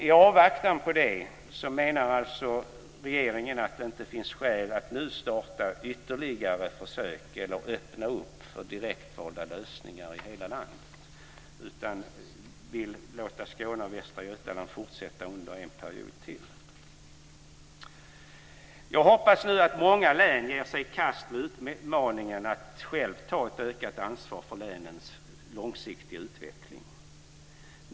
I avvaktan på det menar regeringen att det inte finns skäl att nu starta ytterligare försök eller öppna för lösningar med direktval i hela landet, utan vill låta Skåne och Västra Götaland fortsätta under en period till. Jag hoppas nu att många län ger sig i kast med utmaningen att själva ta ett ökat ansvar för länets långsiktiga utveckling.